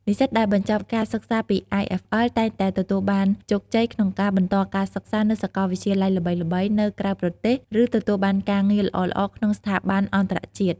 និស្សិតដែលបញ្ចប់ការសិក្សាពី IFL តែងតែទទួលបានជោគជ័យក្នុងការបន្តការសិក្សានៅសាកលវិទ្យាល័យល្បីៗនៅក្រៅប្រទេស ឬទទួលបានការងារល្អៗក្នុងស្ថាប័នអន្តរជាតិ។